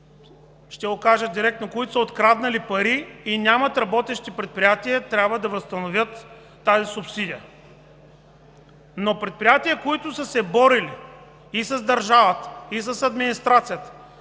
ще го кажа директно, които са откраднали пари и нямат работещи предприятия, трябва да възстановят тази субсидия. Но предприятия, които са се борили и с държавата, и с администрацията,